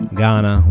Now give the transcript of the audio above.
Ghana